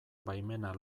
baimena